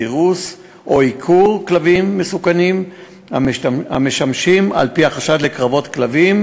סירוס או עיקור כלבים מסוכנים המשמשים על-פי החשד לקרבות כלבים,